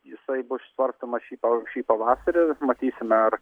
jisai bus svarstomas šį jau šį pavasarį matysime ar